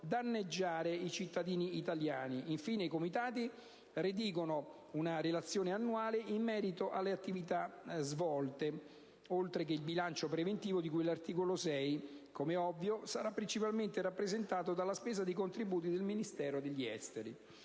danneggiare i cittadini italiani. Infine, i Comitati redigono una relazione annuale in merito alle attività svolte, oltre che il bilancio preventivo di cui articolo 6, che, come è ovvio, sarà principalmente rappresentato dalla spesa dei contributi del Ministero degli affari